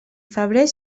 febrer